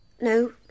No